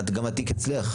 גם התיק אצלך.